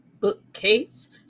bookcase